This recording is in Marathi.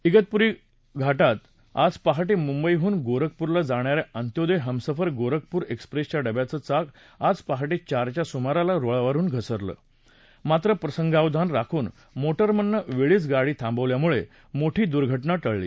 ितपुरी कसारा घाटात मुंबईहुन गोरखपुरला जाणा या अंत्योदय हमसफर गोरखपूर एक्सप्रेसच्या डब्याचं चाक आज पहाटे चारच्या सुमाराला रुळावरुन घसरलं मात्र प्रसंगावधान राखून मोटमननं वेळीच गाडी थांबवल्यामुळे मोठी दुर्घटना टळली